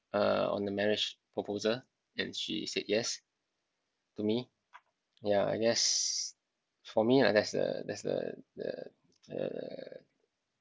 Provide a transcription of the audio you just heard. uh on the marriage proposal and she said yes to me yeah I guess for me lah that's the that's the the the